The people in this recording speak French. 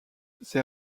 ses